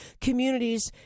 communities